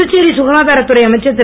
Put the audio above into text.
புதுச்சேரி சுகாதாரத்துறை அமைச்சர் இரு